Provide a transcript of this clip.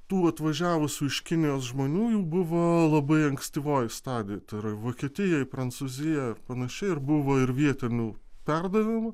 tų atvažiavusių iš kinijos žmonių jau buvo labai ankstyvoj stadijoj tai yra vokietijoj prancūzija ar panašiai ir buvo ir vietinių perdavimų